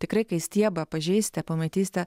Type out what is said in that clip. tikrai kai stiebą pažeisite pamatysite